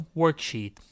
worksheet